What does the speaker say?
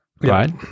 right